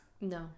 No